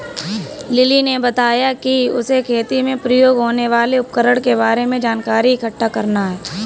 lily ने बताया कि उसे खेती में प्रयोग होने वाले उपकरण के बारे में जानकारी इकट्ठा करना है